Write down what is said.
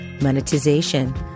monetization